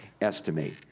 estimate